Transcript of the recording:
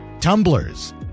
tumblers